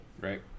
Right